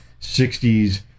60s